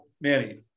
Manny